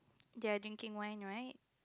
they are drinking wine right